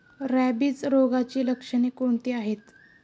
Rabies रोगाची लक्षणे कोणती आहेत?